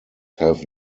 have